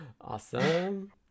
Awesome